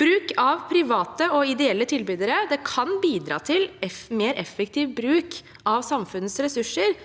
Bruk av private og ideelle tilbydere kan bidra til mer effektiv bruk av samfunnets ressurser,